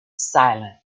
silent